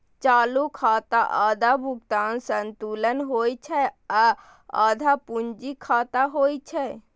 चालू खाता आधा भुगतान संतुलन होइ छै आ आधा पूंजी खाता होइ छै